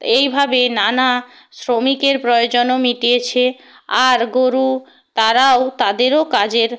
এইভাবে নানা শ্রমিকের প্রয়োজনও মিটিয়েছে আর গরু তারাও তাদেরও কাজের